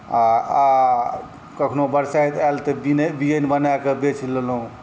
आओर आओर कखनो बरसाइत आएल तऽ बिअनि बनाके बेच लेलहुँ